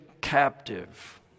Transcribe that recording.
captive